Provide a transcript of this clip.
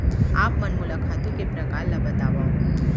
आप मन मोला खातू के प्रकार ल बतावव?